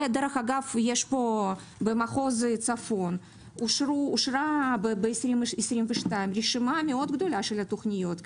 אגב במחוז צפון אושרה ב-22' רשימה מאוד גדולה של התוכניות.